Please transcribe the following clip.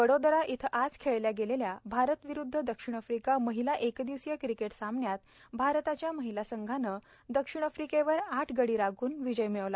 वडोदरा इथं आज खेळल्या गेलेल्या भारत विरूद्ध दक्षिण आफ्रिका महिला एक दिवसीय क्रिकेट सामन्यात भारताच्या महिला संघानं दक्षिण आफ्रिकेवर आठ गडी राखून विजय मिळविला